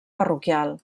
parroquial